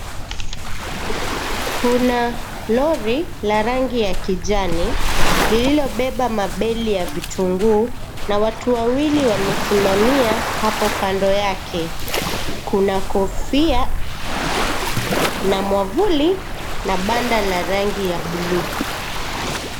Kuna lori la rangi ya kijani lililobeba mabeli ya vitungu na watu wawili wamesimamia hapo kando yake, Kuna kofia na mwavuli na banda la rangi ya bluu.